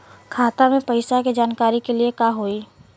खाता मे पैसा के जानकारी के लिए का होई?